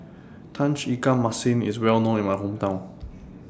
Tauge Ikan Masin IS Well known in My Hometown